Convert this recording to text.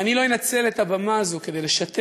אם אני לא אנצל את הבמה הזו כדי לשתף